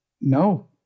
No